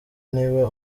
niba